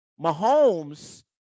Mahomes